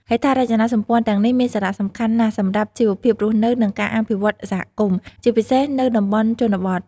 ហេដ្ឋារចនាសម្ព័ន្ធទាំងនេះមានសារៈសំខាន់ណាស់សម្រាប់ជីវភាពរស់នៅ និងការអភិវឌ្ឍសហគមន៍ ជាពិសេសនៅតំបន់ជនបទ។